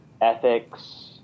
ethics